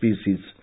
species